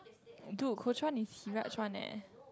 Dude Kuo Chuan is Heeraj one eh